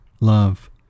love